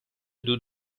دود